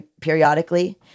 periodically